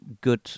good